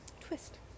twist